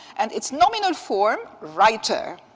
and its nominal form, writer.